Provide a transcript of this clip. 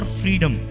freedom